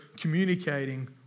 communicating